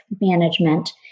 management